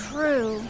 True